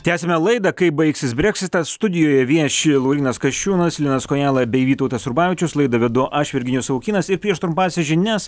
tęsiame laidą kaip baigsis breksitas studijoje vieši laurynas kasčiūnas linas kojala bei vytautas rubavičius laidą vedu aš virginijus savukynas ir prieš trumpąsias žinias